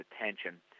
attention